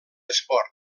esport